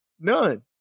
none